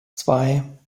zwei